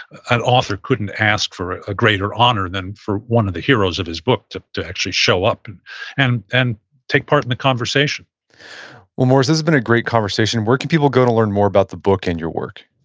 an author couldn't ask for a greater honor than for one of the heroes of his book to to actually show up and and and take part in the conversation well, maurice, this has been a great conversation. where can people go to learn more about the book and your work?